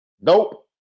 Nope